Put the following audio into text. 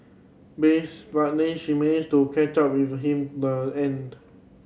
base but they she managed to catch up with him the end